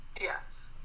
yes